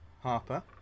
Harper